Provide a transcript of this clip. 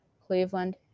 Cleveland